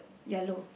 yellow